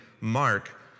Mark